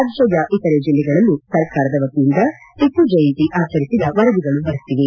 ರಾಜ್ಯದ ಇತರೆ ಜಿಲ್ಲೆಗಳಲ್ಲೂ ಸರ್ಕಾರದ ವತಿಯಿಂದ ಟಪ್ಪು ಜಯಂತಿ ಆಚರಿಸಿದ ವರದಿಗಳು ಬರುತ್ತಿವೆ